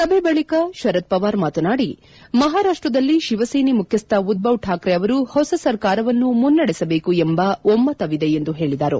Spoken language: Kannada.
ಸಭೆ ಬಳಕ ಶರದ್ ಪವಾರ್ ಮಾತನಾಡಿ ಮಹಾರಾಷ್ಟದಲ್ಲಿ ಶಿವಸೇನೆ ಮುಖ್ಯಸ್ಟ ಉದ್ದವ್ ಶಾಕ್ರೆ ಅವರು ಹೊಸ ಸರ್ಕಾರವನ್ನು ಮುನ್ನಡೆಸಬೇಕು ಎಂಬ ಒಮ್ಮತವಿದೆ ಎಂದು ಹೇಳಿದರು